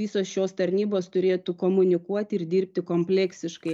visos šios tarnybos turėtų komunikuoti ir dirbti kompleksiškai